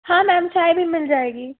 हाँ मेम चाय भी मिल जाएगी